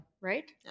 right